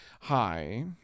hi